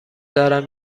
دارم